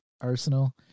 arsenal